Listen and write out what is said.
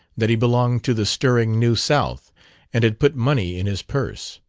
that he belonged to the stirring new south and had put money in his purse.